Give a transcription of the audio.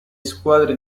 squadre